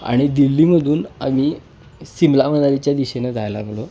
आणि दिल्लीमधून आम्ही शिमला मनालीच्या दिशेनं जायला लागलो